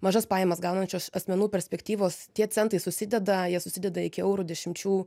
mažas pajamas gaunančios asmenų perspektyvos tie centai susideda jie susideda iki eurų dešimčių